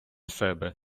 себе